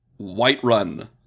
Whiterun